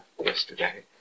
yesterday